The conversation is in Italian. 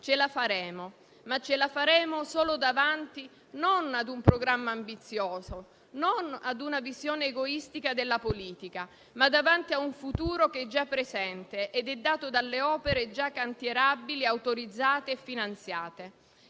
ce la faremo, ma ce la faremo solo davanti non ad un programma ambizioso, non ad una visione egoistica della politica, ma davanti a un futuro che è già presente ed è dato dalle opere già cantierabili autorizzate e finanziate.